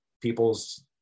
people's